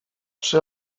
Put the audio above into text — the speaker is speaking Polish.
czy